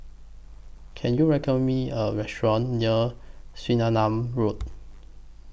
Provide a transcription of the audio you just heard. Can YOU recommend Me A Restaurant near Swettenham Road